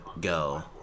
go